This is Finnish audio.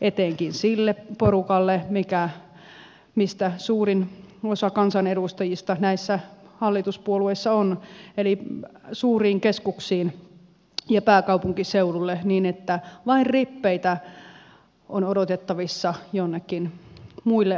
etenkin sille porukalle mistä suurin osa kansanedustajista näissä hallituspuolueissa on eli suuriin keskuksiin ja pääkaupunkiseudulle niin että vain rippeitä on odotettavissa joillekin muille alueille